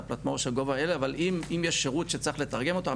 אם יש שירות שצריך לתרגם אותו,